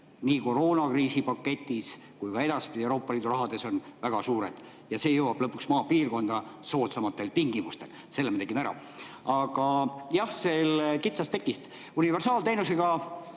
Nii koroonakriisipaketis kui ka edaspidi Euroopa Liidu raha on väga suur ja see jõuab lõpuks maapiirkonda soodsamatel tingimustel, selle me tegime ära. Aga jah, kitsast tekist. Universaalteenusega,